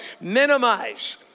minimize